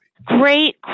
Great